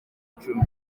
cumi